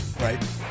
Right